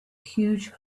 huge